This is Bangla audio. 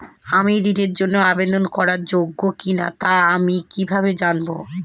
আমি ঋণের জন্য আবেদন করার যোগ্য কিনা তা আমি কীভাবে জানব?